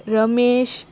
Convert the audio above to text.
Ramesh